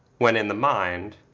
when in the mind,